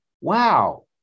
wow